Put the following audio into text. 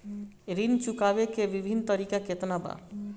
ऋण चुकावे के विभिन्न तरीका केतना बा?